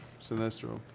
Sinestro